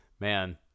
Man